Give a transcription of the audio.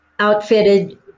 outfitted